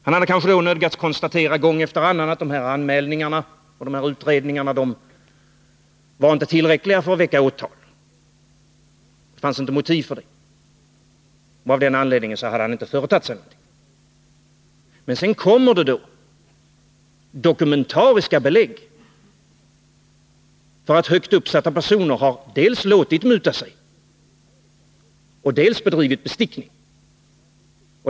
Han hade då kanske gång efter annan nödgats konstatera att anmälningarna och utredningarna inte var tillräckliga för att väcka åtal. Det fanns inte motiv, och av den anledningen hade han inte heller företagit sig någonting. Men sedan kommer det dokumentariska belägg för att högt uppsatta personer har dels låtit muta sig, dels bedrivit bestickning.